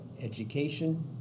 education